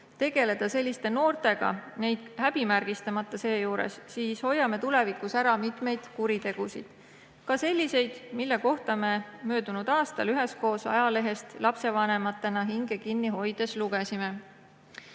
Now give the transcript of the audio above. tegeleda selliste noortega, neid seejuures häbimärgistamata, siis hoiame tulevikus ära mitmeid kuritegusid, ka selliseid, mille kohta me möödunud aastal üheskoos ajalehest lapsevanematena hinge kinni hoides lugesime.